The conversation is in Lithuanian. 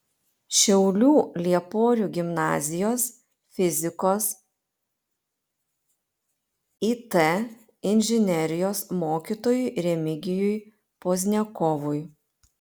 šiaulių lieporių gimnazijos fizikos it inžinerijos mokytojui remigijui pozniakovui